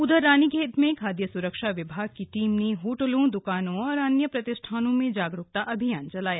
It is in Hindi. उधर रानीखेत में खाद्य स्रक्षा विभाग की टीम ने होटलों द्कानों और अन्य प्रतिष्ठानों में जागरूकता अभियान चलाया